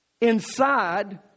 inside